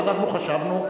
ואנחנו חשבנו,